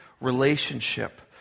relationship